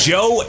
Joe